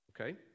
Okay